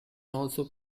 also